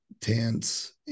tents